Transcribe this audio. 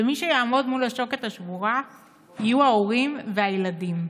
ומי שיעמוד מול השוקת השבורה יהיו ההורים והילדים.